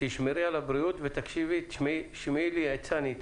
תשמרי על הבריאות ותקשיבי, שמעי לי, עצה אני אתן.